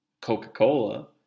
Coca-Cola